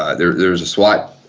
ah there there is swat